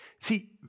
See